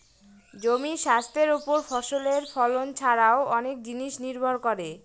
জমির স্বাস্থ্যের ওপর ফসলের ফলন ছারাও অনেক জিনিস নির্ভর করে